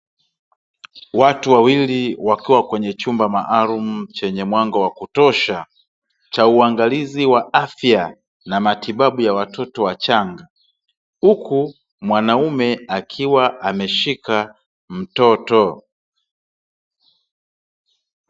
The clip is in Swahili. Watu wawili wakiwa kwenye chumba maalum chenye mwanga wa kutosha cha uangalizi wa afya na matibabu ya watoto wachanga, huku mwanaume akiwa ameshika mtoto.